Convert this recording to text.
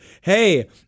hey